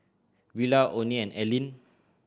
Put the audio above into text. Willa Oney and Ellyn